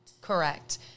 Correct